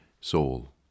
Soul